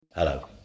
Hello